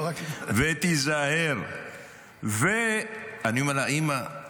לא רק --- ואני אומר לה: אימא,